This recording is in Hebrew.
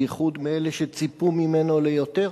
בייחוד מאלה שציפו ממנו ליותר.